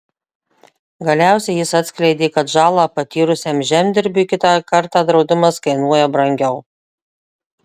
galiausiai jis atskleidė kad žalą patyrusiam žemdirbiui kitą kartą draudimas kainuoja brangiau